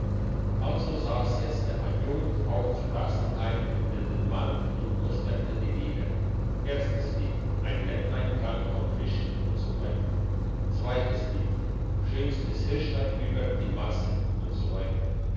also sass jetzt der adjunkt auch zu brassenheim im wilden mann und musterte die lieder erstes lied ein lämmlein trank vom frischen usw zweites lied schönstes hirschlein über die massen usw